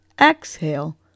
exhale